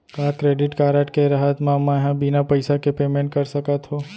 का credit card के रहत म, मैं ह बिना पइसा के पेमेंट कर सकत हो?